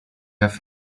have